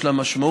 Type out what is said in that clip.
יש לה משמעות,